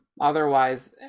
otherwise